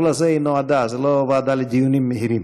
לא לזה היא נועדה, היא לא ועדה לדיונים מהירים.